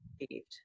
achieved